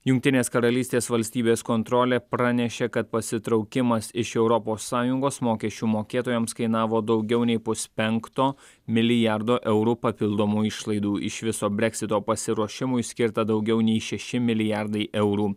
jungtinės karalystės valstybės kontrolė pranešė kad pasitraukimas iš europos sąjungos mokesčių mokėtojams kainavo daugiau nei puspenkto milijardo eurų papildomų išlaidų iš viso brexit pasiruošimui skirta daugiau nei šeši milijardai eurų